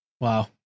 Wow